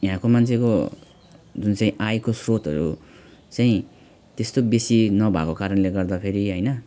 यहाँको मान्छेको जुन चाहिँ आयको स्रोतहरू चाहिँ त्यस्तो बेसी नभएको कारणले गर्दाखेरि होइन